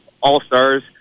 all-stars